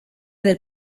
del